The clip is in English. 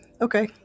okay